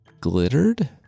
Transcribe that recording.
glittered